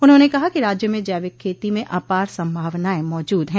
उन्होंने कहा कि राज्य में जैविक खेती में अपार संभावनाएं मौजूद है